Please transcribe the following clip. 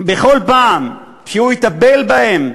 בכל פעם שהוא יטפל בהם,